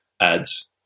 ads